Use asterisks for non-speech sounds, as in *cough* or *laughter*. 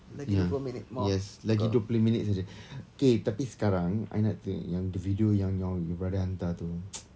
ya yes lagi dua puluh minit sahaja *noise* okay tapi sekarang I nak tengok yang the video yang your your brother hantar tu *noise*